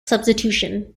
substitution